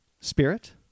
Spirit